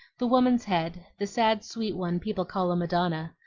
the woman's head the sad, sweet one people call a madonna.